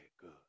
good